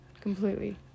completely